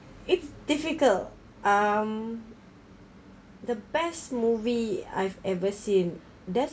it's difficult um the best movie I've ever seen that